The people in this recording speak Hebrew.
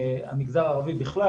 המגזר הערבי בכלל,